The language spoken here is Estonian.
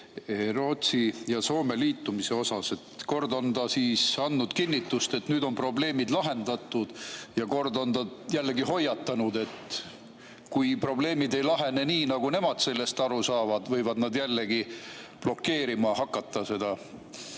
Rootsi ja Soome liitumise suhtes. Kord on ta andnud kinnitust, et nüüd on probleemid lahendatud, ja kord on ta jällegi hoiatanud, et kui probleemid ei lahene nii, nagu nemad sellest aru saavad, võivad nad jällegi blokeerima hakata seda